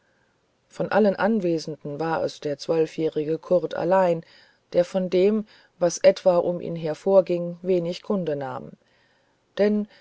von allen anwesenden war es derjährige kurt allein der von dem was etwa um ihn her vorging wenig kunde nahm denn